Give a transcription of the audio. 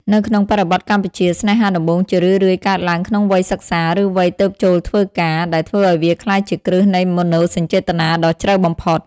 នៅក្នុងបរិបទកម្ពុជា ស្នេហាដំបូងជារឿយៗកើតឡើងក្នុងវ័យសិក្សា ឬវ័យទើបចូលធ្វើការ ដែលធ្វើឱ្យវាក្លាយជាគ្រឹះនៃមនោសញ្ចេតនាដ៏ជ្រៅបំផុត។